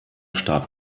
starb